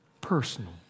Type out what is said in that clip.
personal